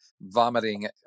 vomiting